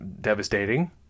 devastating